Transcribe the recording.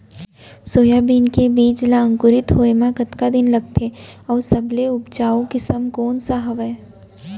Soybean के बीज ला अंकुरित होय म कतका दिन लगथे, अऊ सबले उपजाऊ किसम कोन सा हवये?